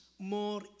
More